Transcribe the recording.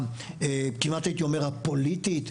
הייתי אומר הכמעט הפוליטית,